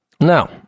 Now